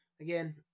again